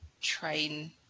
train